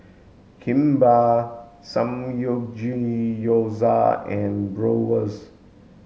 Kimbap Samgeyopsal and Bratwurst